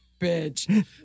bitch